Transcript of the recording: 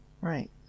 Right